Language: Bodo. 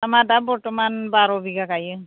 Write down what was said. दामा दा बरथमान बार' बिगा गायो